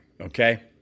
Okay